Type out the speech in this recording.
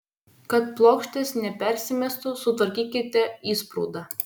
kad plokštės nepersimestų sutvarkykite įsprūdą